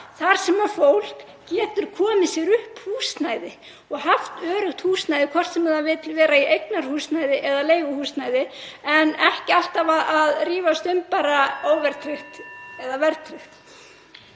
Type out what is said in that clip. þar sem fólk getur komið sér upp húsnæði og haft öruggt húsnæði, hvort sem það vill vera í eignarhúsnæði eða leiguhúsnæði, en ekki alltaf að rífast bara um óverðtryggt eða verðtryggt.